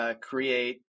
create